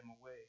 away